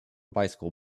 bicycle